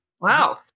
Wow